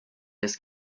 this